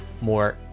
more